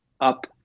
up